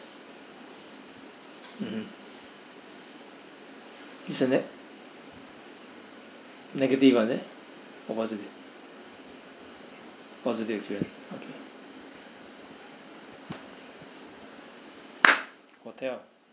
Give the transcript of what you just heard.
mmhmm is on ne~ negative one eh or positive positives right okay hotel